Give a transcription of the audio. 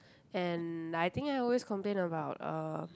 and I think I always complain about uh